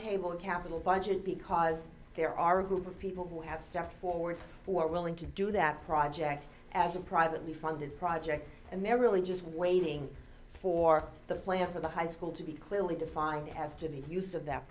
table capital budget because there are a group of people who have stepped forward who are willing to do that project as a privately funded project and they're really just waiting for the plan for the high school to be clearly defined as to the use of that